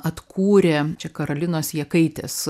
atkūrė čia karolinos jakaitės